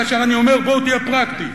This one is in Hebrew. כאשר אני אומר: בוא תהיה פרקטי,